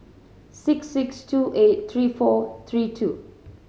six six two eight three four three two